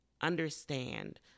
understand